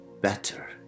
better